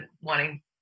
wanting